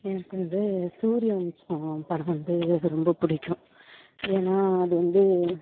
எனக்கு வந்து சூரியவம்சம் படம் வந்து எனக்கு ரொம்ப பிடிக்கும் ஏன்னா அது வந்து